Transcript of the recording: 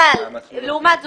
לעומת זאת,